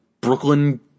Brooklyn